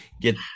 get